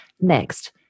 Next